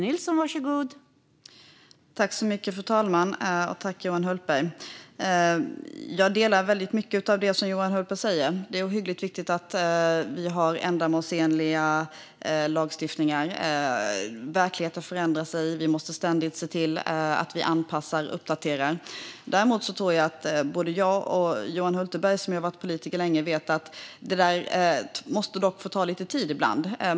Fru talman! Jag instämmer i väldigt mycket av det som Johan Hultberg säger. Det är ohyggligt viktigt att vi har ändamålsenlig lagstiftning. Verkligheten förändras. Vi måste ständigt se till att vi anpassar och uppdaterar. Men både jag och Johan Hultberg har varit politiker länge och vet att det där ibland måste få ta lite tid.